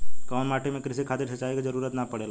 कउना माटी में क़ृषि खातिर सिंचाई क जरूरत ना पड़ेला?